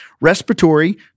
respiratory